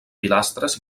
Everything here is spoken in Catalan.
pilastres